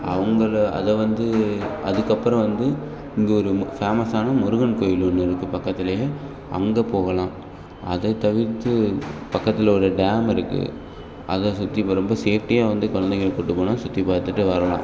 அவங்கள அதை வந்து அதுக்கப்புறம் வந்து இங்கே ஒரு ஃபேமஸான முருகன் கோயில் ஒன்று இருக்குது பக்கத்திலயே அங்கே போகலாம் அதைத் தவிர்த்து பக்கத்துல ஒரு டேம் இருக்குது அதைச் சுற்றி இப்போ ரொம்ப சேஃப்டியாக வந்து கொழந்தைகள கூட்டிப் போனால் சுற்றிப் பார்த்துட்டு வரலாம்